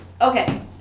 Okay